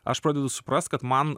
aš pradedu suprast kad man